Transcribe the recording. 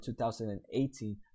2018